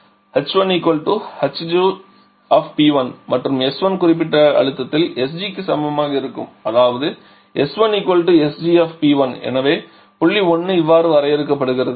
h1 hg மற்றும் s1 குறிப்பிட்ட அழுத்தத்தில் sg க்கு சமமாக இருக்கும் அதாவது s1 sg எனவே புள்ளி 1 இவ்வாறு வரையறுக்கப்படுகிறது